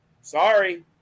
sorry